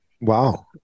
Wow